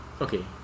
Okay